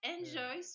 Enjoy